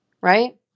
right